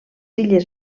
illes